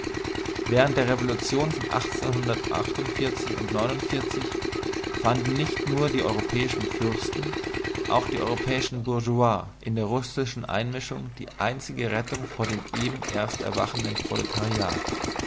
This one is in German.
während der revolution von fanden nicht nur die europäischen fürsten auch die europäischen bourgeois in der russischen einmischung die einzige rettung vor dem eben erst erwachenden proletariat